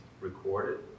recorded